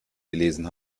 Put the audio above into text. gelesen